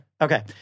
Okay